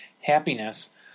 happiness